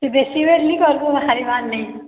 ସେ ବେଶୀ ବେଶୀ କର୍ବୁ ମୋର ଖାଇବାର ନେଇଁ